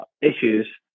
issues